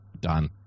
Done